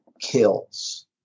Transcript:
kills